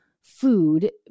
food